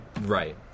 Right